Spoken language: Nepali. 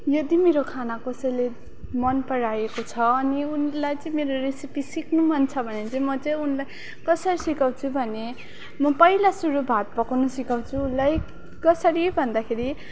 यदि मेरो खाना कसैले मन पराएको छ अनि उनलाई चाहिँ मेरो रेसिपी सिक्नु मन छ भने चाहिँ म चाहिँ उनलाई कसरी सिकाउँछु भने म पहिला सुरु भात पकाउनु सिकाउँछु उसलाई कसरी भन्दाखेरि